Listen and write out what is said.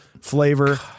flavor